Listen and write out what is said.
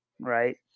right